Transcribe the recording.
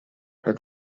her